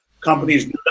companies